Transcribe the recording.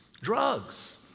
drugs